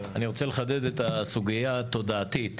אני רוצה לחדד את הסוגיה התודעתית.